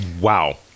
Wow